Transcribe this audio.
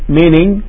meaning